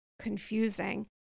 confusing